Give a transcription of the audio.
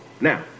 Now